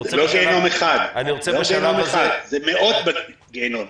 זה לא גיהינום אחד, זה מאות גיהינומים.